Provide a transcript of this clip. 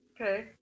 Okay